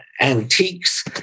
antiques